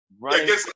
right